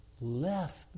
left